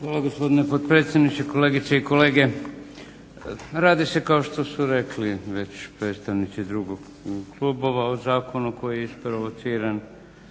Hvala gospodine potpredsjedniče, kolegice i kolege. Radi se kao što su rekli već predstavnici drugih klubova o zakonu koji je isprovociran